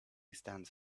stands